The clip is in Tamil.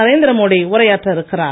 நரேந்திர மோடி உரையாற்ற இருக்கிறார்